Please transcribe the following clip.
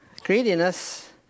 greediness